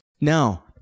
Now